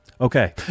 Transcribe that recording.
okay